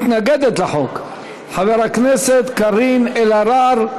מתנגדת לחוק חברת הכנסת קארין אלהרר.